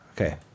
Okay